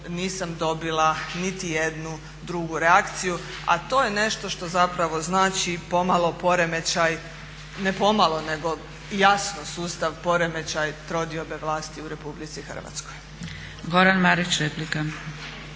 Goran Marić, replika.